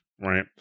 Right